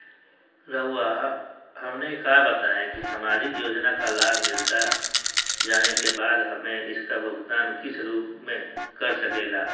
रहुआ हमने का बताएं की समाजिक योजना का लाभ मिलता जाने के बाद हमें इसका भुगतान किस रूप में कर सके ला?